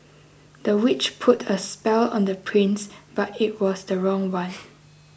the witch put a spell on the prince but it was the wrong one